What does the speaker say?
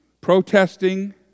protesting